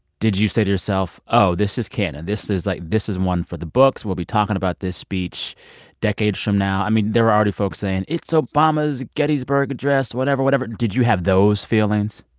did you say to yourself, oh, this is canon? this is, like this isn't one for the books. we'll be talking about this speech decades from now. i mean, there are already folks saying it's obama's gettysburg address, whatever, whatever. did you have those feelings?